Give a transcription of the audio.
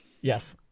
Yes